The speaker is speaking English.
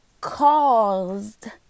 caused